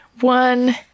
One